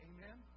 Amen